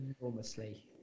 Enormously